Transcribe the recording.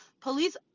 police